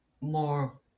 more